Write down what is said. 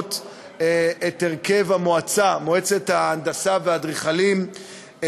לשנות את הרכב מועצת ההנדסה והאדריכלות,